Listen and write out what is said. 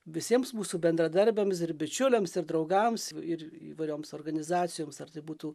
visiems mūsų bendradarbiams ir bičiuliams ir draugams ir įvairioms organizacijoms ar tai būtų